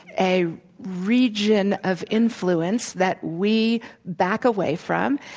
a region of influence that we back away from.